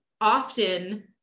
often